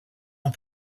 ans